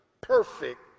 perfect